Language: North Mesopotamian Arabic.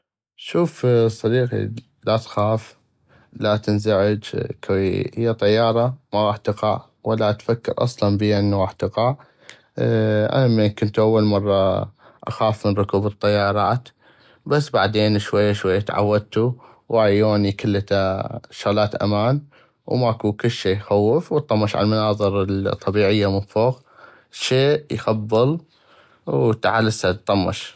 شوف صديقي لا تخاف لا تنزعج كوي هيا طيارة ما غاح تقع ولاتفكر اصلا بيا انو غاح تقع انا همين كنتو اول مرة اخاف من ركوب الطياراتبس بعدين شوي شوي تعودتو وهاي ايوني كلتا شغلات امان وماكو كلشي يخوف واطمش على المناظر الطبيعية من فوق شي يخبل وتعال هسه اطمش.